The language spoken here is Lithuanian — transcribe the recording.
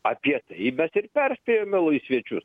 apie tai mes ir perspėjome laisviečius